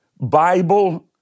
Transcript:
Bible